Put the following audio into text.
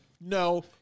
No